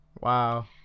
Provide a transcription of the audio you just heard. Wow